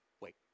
wait